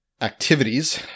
activities